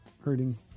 hurting